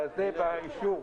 האישור.